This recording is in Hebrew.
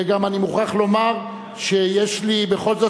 וגם אני מוכרח לומר שיש לי בכל זאת